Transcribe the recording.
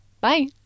Bye